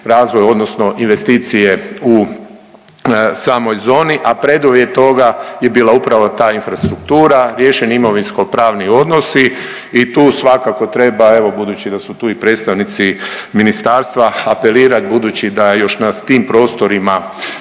razvoj, odnosno investicije u samoj zoni, a preduvjet toga je bila upravo ta infrastruktura, riješeni imovinsko-pravni odnosi i tu svakako treba, evo budući da su tu i predstavnici ministarstva apelirat, budući da još na tim prostorima